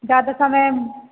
ज्यादा समय